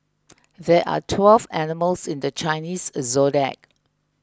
there are twelve animals in the Chinese zodiac